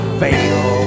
fail